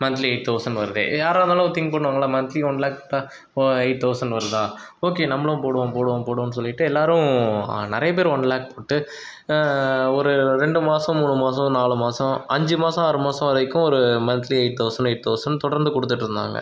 monthly eight thousand வருதே யாராக இருந்தாலும் திங் பண்ணுவாங்கல்லை மன்த்லி ஒன் லாக் கொடுத்தா ஓ எயிட் தௌசண்ட் வருதா ஓகே நம்மளும் போடுவோம் போடுவோம் போடுவோம்னு சொல்லிட்டு எல்லாரும் நிறைய பேர் ஒன் லாக் போட்டு ஒரு ரெண்டு மாதம் மூணு மாதம் நாலு மாதம் அஞ்சு மாதம் ஆறு மாதம் வரைக்கும் ஒரு monthly eight thousand eight thousand தொடர்ந்து கொடுத்துட்டு இருந்தாங்க